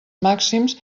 màxims